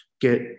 get